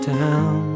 town